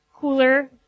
cooler